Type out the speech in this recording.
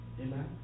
Amen